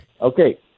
Okay